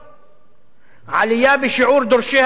עלייה בשיעור דורשי התעסוקה,